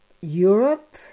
Europe